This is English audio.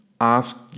ask